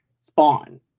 spawn